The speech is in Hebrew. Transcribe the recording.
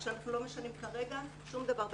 כך שאנחנו לא משנים כרגע שום דבר בשגרה.